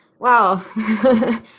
Wow